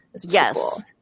Yes